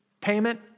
payment